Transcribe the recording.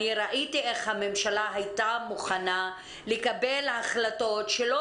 אני ראיתי איך הממשלה הייתה מוכנה לקבל החלטות שלא